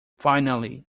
finally